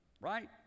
right